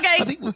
Okay